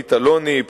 שולמית אלוני,